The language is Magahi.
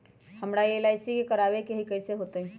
हमरा एल.आई.सी करवावे के हई कैसे होतई?